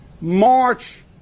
March